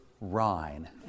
Rhine